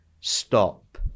stop